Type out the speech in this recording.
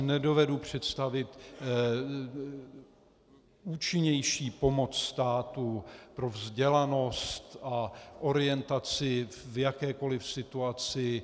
Nedovedu si představit účinnější pomoc státu pro vzdělanost a orientaci v jakékoliv situaci.